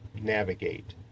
navigate